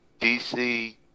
DC